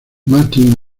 martin